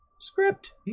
script